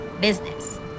business